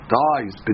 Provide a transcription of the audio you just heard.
dies